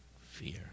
fear